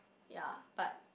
ya but